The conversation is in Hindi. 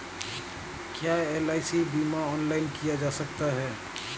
क्या एल.आई.सी बीमा ऑनलाइन किया जा सकता है?